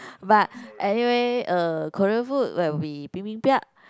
but anyway uh Korean food will be bibimbap